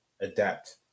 adapt